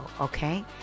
okay